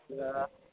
এতিয়া